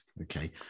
Okay